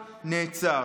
נעצר.